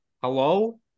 Hello